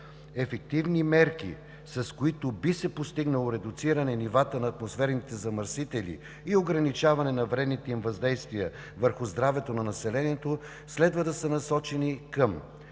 Ефективни мерки, с които би се постигнало редуциране на нивата на атмосферните замърсители и ограничаване на вредните им въздействия върху здравето на населението, следва да са насочени към: